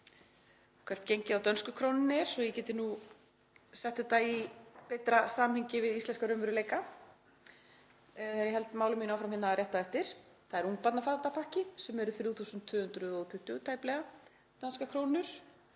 hvert gengið á dönsku krónunni er svo að ég geti nú sett þetta í betra samhengi við íslenskan raunveruleika. Ég held máli mínu áfram hérna rétt á eftir. Það er ungbarnafatapakki sem er tæplega 3.220 danskar krónur,